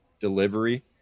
delivery